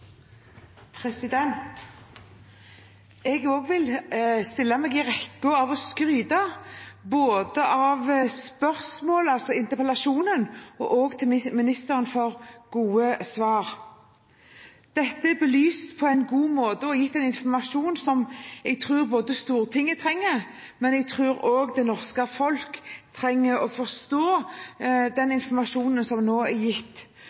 overfor. Jeg vil også stille meg i rekken av dem som skryter både av interpellasjonen og av ministerens gode svar. Dette er belyst på en god måte, og det er gitt informasjon som jeg tror Stortinget trenger, men jeg tror også det norske folk trenger å forstå den informasjonen som nå er gitt.